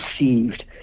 received